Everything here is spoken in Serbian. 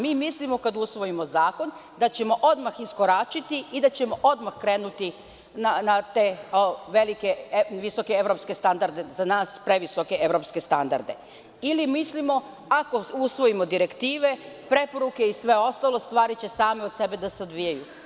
Mi mislimo kada usvojimo zakon, da ćemo odmah iskoračiti i da ćemo odmah krenuti na te visoke evropske standarde, za nas previsoke evropske standarde ili mislimo ako usvojimo direktive preporuke i sve ostalo stvari će same od sebe da se odvijaju.